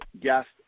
guest